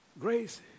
grace